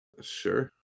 Sure